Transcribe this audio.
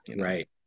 Right